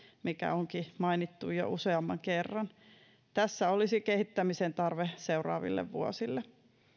mikä onkin mainittu jo useamman kerran tässä olisi kehittämisen tarve seuraaville vuosille